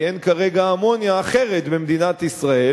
כי אין כרגע אמוניה אחרת במדינת ישראל,